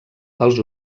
els